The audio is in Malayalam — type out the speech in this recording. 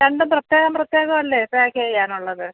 രണ്ടും പ്രത്യേകം പ്രത്യേകം അല്ലേ പാക്ക് ചെയ്യാനുള്ളത്